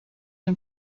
een